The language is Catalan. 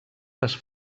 les